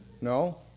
No